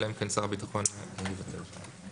אלא אם כן שר הביטחון יבטל אותם.